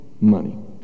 money